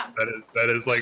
that is that is like